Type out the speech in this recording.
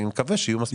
אני מקווה שיהיו מספיק.